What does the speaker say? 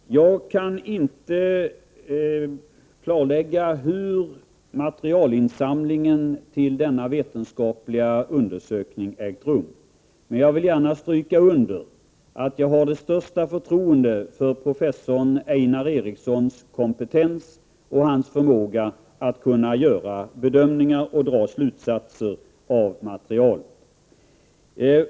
Herr talman! För det första kan jag inte klarlägga hur materialinsamlingen till denna vetenskapliga undersökning har ägt rum, men jag vill gärna stryka under att jag har det största förtroende för professor Ejnar Erikssons kompetens och hans förmåga att göra bedömningar och dra slutsatser av material.